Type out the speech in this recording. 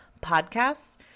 podcasts